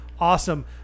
awesome